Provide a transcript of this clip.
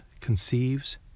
conceives